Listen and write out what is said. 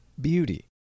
beauty